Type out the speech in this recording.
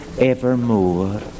evermore